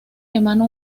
emana